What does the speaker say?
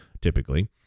typically